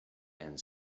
and